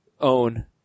own